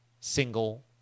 single